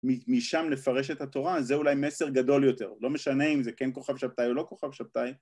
משם לפרש את התורה, אז זה אולי מסר גדול יותר. לא משנה אם זה כן כוכב שבתאי או לא כוכב שבתאי.